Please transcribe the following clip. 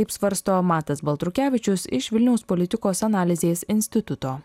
taip svarsto matas baltrukevičius iš vilniaus politikos analizės instituto